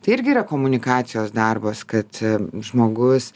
tai irgi yra komunikacijos darbas kad žmogus